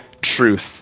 truth